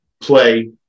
play